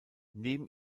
neben